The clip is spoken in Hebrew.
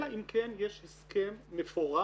אלא אם כן יש הסכם מפורש